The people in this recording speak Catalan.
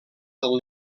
del